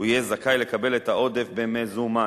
הוא יהיה זכאי לקבל את העודף במזומן.